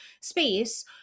space